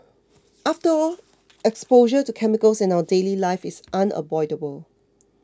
after all exposure to chemicals in our daily life is unavoidable